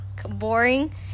boring